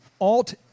alt